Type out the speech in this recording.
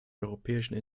europäischen